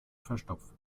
verstopft